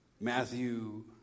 Matthew